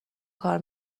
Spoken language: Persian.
کار